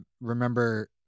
Remember